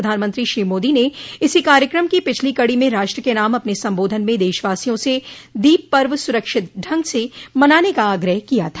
प्रधानमंत्री श्री मोदी ने इसी कार्यक्रम की पिछलो कड़ी में राष्ट्र के नाम अपने संबोधन में देशवासियों से दीप पर्व सुरक्षित ढंग से मनाने का आग्रह किया था